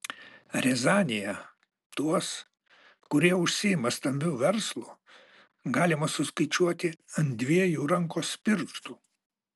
riazanėje tuos kurie užsiima stambiu verslu galima suskaičiuoti ant dviejų rankos pirštų